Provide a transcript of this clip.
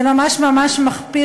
זה ממש ממש מחפיר,